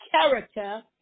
character